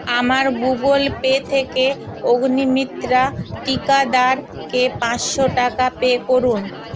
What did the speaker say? আমার Google Pay থেকে অগ্নিমিত্রা টিকাদারকে পাঁচশো টাকা পে করুন